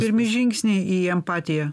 pirmi žingsniai į empatiją